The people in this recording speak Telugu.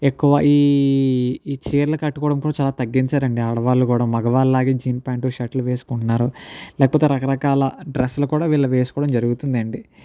ఎక్కువ ఈ ఈ చీరలు కట్టుకోవడం కూడా తగ్గించారు అండి ఆడవాళ్ళు కూడా మగవాళ్ళలాగే జీన్ పాంట్ షర్ట్లు వేసుకుంటున్నారు లేకపోతే రకరకాల డ్రస్స్లు కూడా వీళ్ళు వేసుకోవడం జరుగుతుంది అండి